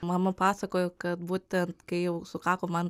mama pasakojo kad būtent kai jau sukako man